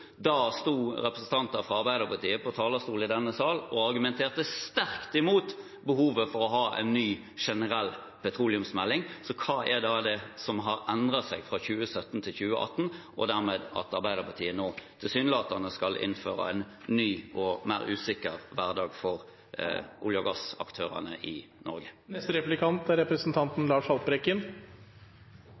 denne sal og argumenterte sterkt imot behovet for å ha en ny generell petroleumsmelding. Så hva er det som har endret seg fra 2017 til 2018 – og dermed at Arbeiderpartiet nå tilsynelatende skal innføre en ny og mer usikker hverdag for olje- og gassaktørene i Norge?